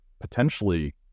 potentially